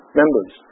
members